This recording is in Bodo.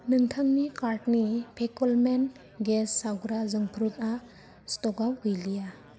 नोंथांनि कार्टनि फेकोलमेन गेस सावग्रा जोंफ्रुतआ स्टकाव गैलिया